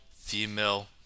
female